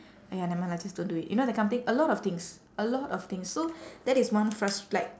!aiya! nevermind lah just don't do it you know that kind of thing a lot of things a lot of things so that is one frus~ like